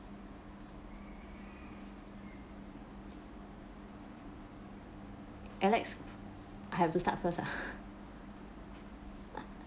alex I have to start first ah